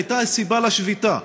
והיא הייתה הסיבה לשביתה,